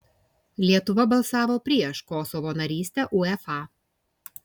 lietuva balsavo prieš kosovo narystę uefa